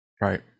right